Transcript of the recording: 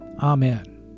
Amen